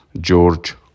George